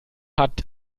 hat